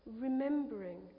remembering